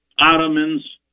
ottomans